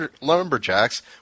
lumberjacks